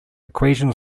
equation